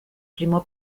primo